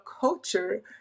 culture